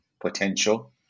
potential